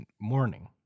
morning